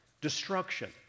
destruction